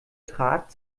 trat